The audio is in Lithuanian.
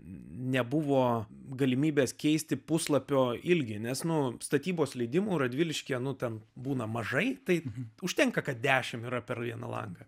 nebuvo galimybės keisti puslapio ilgio nes nuo statybos leidimų radviliškyje nu ten būna mažai taip užtenka kad dešimt yra per vieną langą